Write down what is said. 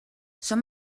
són